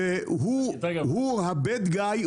שהוא ה-bad guy,